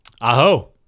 Aho